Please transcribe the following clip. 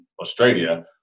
Australia